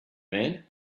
man